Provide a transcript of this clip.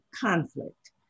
conflict